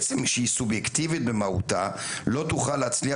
כשהיא סובייקטיבית במהותה לא תוכל להצליח